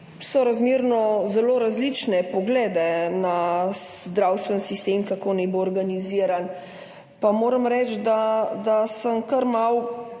sorazmerno zelo različne poglede na zdravstveni sistem, kako naj bo organiziran, pa moram reči, da me je kar malce